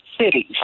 cities